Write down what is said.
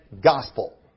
gospel